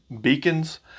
beacons